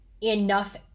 enough